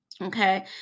Okay